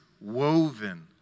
woven